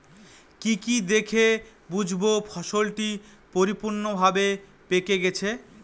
কি কি দেখে বুঝব ফসলটি পরিপূর্ণভাবে পেকে গেছে?